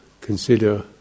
consider